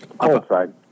Outside